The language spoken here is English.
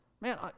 Man